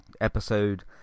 episode